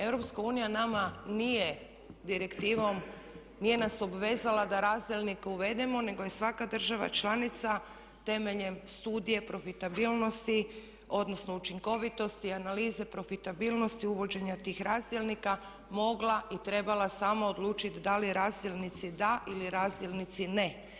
Europska unija nama nije direktivom, nije nas obvezala da razdjelnike uvedemo, nego je svaka država članica temeljem studije profitabilnosti odnosno učinkovitosti, analize profitabilnosti uvođenja tih razdjelnika mogla i trebala samo odlučiti da li razdjelnici da ili razdjelnici ne.